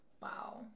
Wow